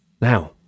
Now